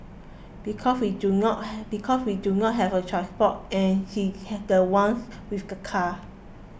because we do not have because we do not have a transport and he's the ones with the car